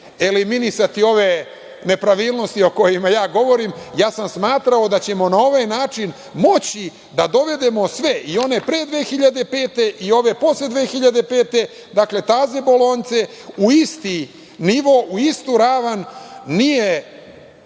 eliminisati ove nepravilnosti o kojima ja govorim. Smatrao sam da ćemo na ovaj način moći da dovedemo sve i one pre 2005. i ove posle 2005. godine, dakle, taze bolonjce u isti nivo, u istu ravan. Nije